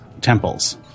temples